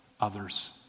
others